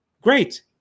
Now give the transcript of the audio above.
great